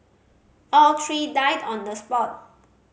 all three died on the spot